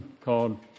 called